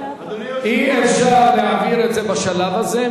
אי-אפשר להעביר את זה בשלב הזה,